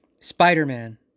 Spider-Man